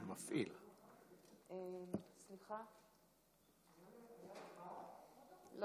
חבר הכנסת בוסו יהיה ראשון הנואמים בנאומים בני דקה.